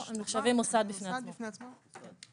לא, הם נחשבים מוסד בפני עצמו.